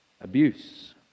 abuse